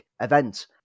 event